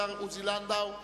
השר עוזי לנדאו.